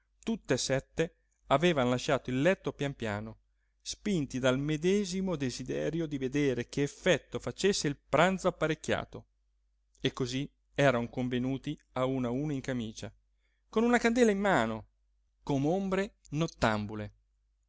e sorelle tutt'e sette avevan lasciato il letto pian piano spinti dal medesimo desiderio di vedere che effetto facesse il pranzo apparecchiato e cosí eran convenuti a uno a uno in camicia con una candela in mano com'ombre nottambule